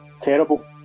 terrible